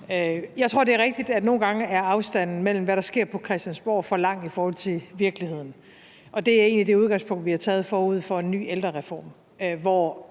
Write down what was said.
Jeg tror, det er rigtigt, at nogle gange er afstanden mellem virkeligheden, og hvad der sker på Christiansborg, for stor. Det er egentlig det udgangspunkt, vi har taget forud for en ny ældrereform, hvor